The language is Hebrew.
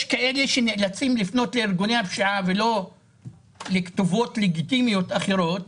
ויש כאלה שנאלצים לפנות לארגוני הפשיעה ולא לכתובות לגיטימיות אחרות